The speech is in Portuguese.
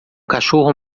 cachorro